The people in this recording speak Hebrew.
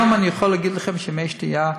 היום אני יכול להגיד לכם שמי שתייה,